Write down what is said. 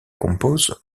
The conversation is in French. composent